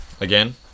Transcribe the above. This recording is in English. Again